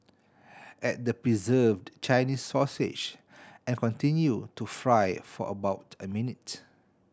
add the preserved Chinese sausage and continue to fry for about a minute